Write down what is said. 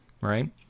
right